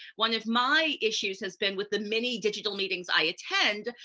one of my issues has been, with the many digital meetings i attend,